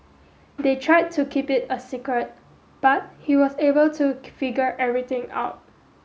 they tried to keep it a secret but he was able to figure everything out